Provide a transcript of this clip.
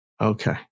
Okay